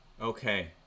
Okay